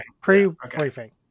Pre-briefing